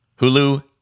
Hulu